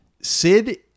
SID